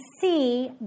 see